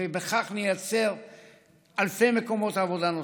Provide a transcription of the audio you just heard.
ובכך נייצר אלפי מקומות עבודה נוספים.